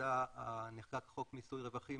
הוועדה נחקק חוק מיסוי רווחים